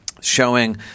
showing